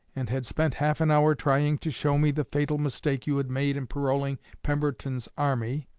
and had spent half an hour trying to show me the fatal mistake you had made in paroling pemberton's army,